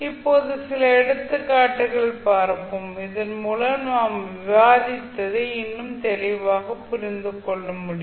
இப்போது சில எடுத்துக்காட்டுகள் பார்ப்போம் இதன் மூலம் நாம் விவாதிப்பதை இன்னும் தெளிவாக புரிந்து கொள்ள முடியும்